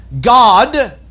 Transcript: God